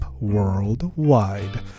worldwide